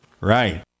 Right